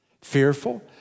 Fearful